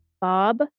Bob